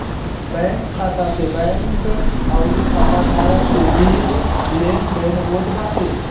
bank खाता से bank अउरी खाता धारक के बीच लेनदेन होत बाटे